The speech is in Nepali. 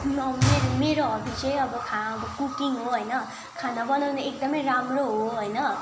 मेरो हबी चाहिँ अब खा कुकिङ हो होइन खाना बनाउनु एकदमै राम्रो हो होइन